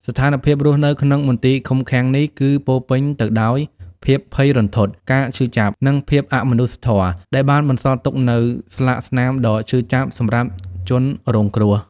ស្ថានភាពរស់នៅក្នុងមន្ទីរឃុំឃាំងនេះគឺពោរពេញទៅដោយភាពភ័យរន្ធត់ ការឈឺចាប់ និងភាពអមនុស្សធម៌ ដែលបានបន្សល់ទុកនូវស្លាកស្នាមដ៏ឈឺចាប់សម្រាប់ជនរងគ្រោះ។